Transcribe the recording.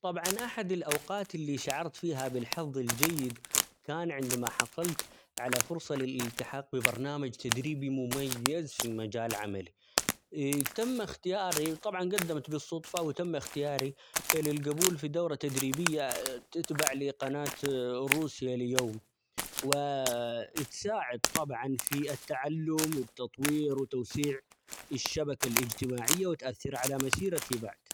طبعًا أحد الأوقات اللي شعرت فيها بالحظ الجيد كان عندما حصلت على فرصة للإلتحاق ببرنامج تدريبي مميز في مجال عملي تم اختياري، طبعًا قدمت بالصدفة ،وتم اختياري للقبول في دورة تدريبية تتبع لقناة روسيا اليوم ،و تساعد طبعا في التعلم ،والتطوير ، وتوسيع الشبكة الإجتماعية ،وتؤثر على مسيرتي بعد.